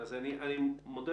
לא יהיו משמרות.